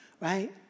right